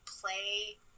play